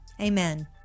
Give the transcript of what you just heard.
Amen